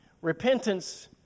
Repentance